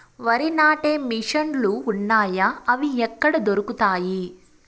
వరి నాటే మిషన్ ను లు వున్నాయా? అవి ఎక్కడ దొరుకుతాయి?